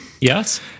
yes